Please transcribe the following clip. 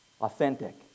authentic